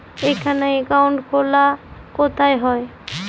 এখানে অ্যাকাউন্ট খোলা কোথায় হয়?